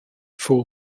fool